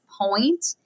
point